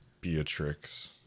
Beatrix